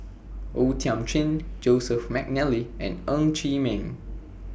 O Thiam Chin Joseph Mcnally and Ng Chee Meng